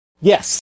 Yes